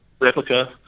replica